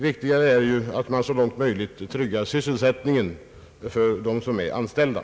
Viktigare är ju att man så långt möjligt tryggar sysselsättningen för de anställda.